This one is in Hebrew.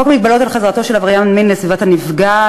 חוק מגבלות על חזרתו של עבריין מין לסביבת הנפגע,